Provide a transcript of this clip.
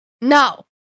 No